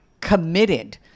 committed